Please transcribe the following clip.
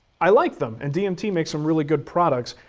i like them and dmt makes some really good products.